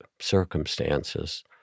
circumstances